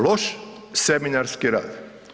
Loš seminarski rad.